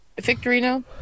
Victorino